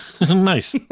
Nice